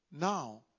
Now